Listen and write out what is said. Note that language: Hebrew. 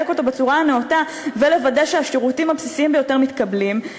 אותם בצורה הנאותה ולוודא שהשירותים הבסיסיים ביותר מתקבלים,